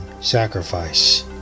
sacrifice